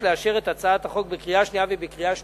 לאשר אותה בקריאה שנייה ובקריאה שלישית,